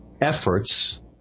efforts